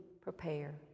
prepare